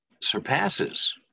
surpasses